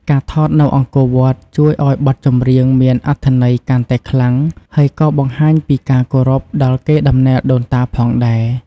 ការថតនៅអង្គរវត្ត ជួយឲ្យបទចម្រៀងមានអត្ថន័យកាន់តែខ្លាំង ហើយក៏បង្ហាញពីការគោរពដល់កេរដំណែលដូនតាផងដែរ។